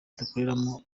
dukoreramo